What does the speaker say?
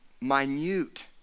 minute